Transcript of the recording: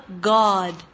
God